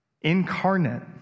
incarnate